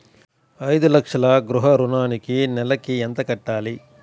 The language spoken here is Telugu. ఐదు లక్షల గృహ ఋణానికి నెలకి ఎంత కట్టాలి?